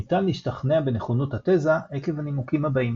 ניתן להשתכנע בנכונות התזה עקב הנימוקים הבאים